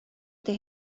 ydy